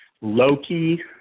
Loki